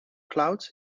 clouds